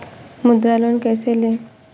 मुद्रा लोन कैसे ले?